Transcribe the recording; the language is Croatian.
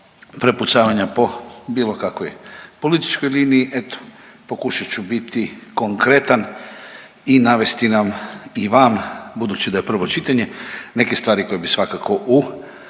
prepucavanja po bilo kakvoj političkoj liniji eto pokušat ću biti konkretan i navesti nam i vama budući da je prvo čitanje neke stvari koje bi svakako u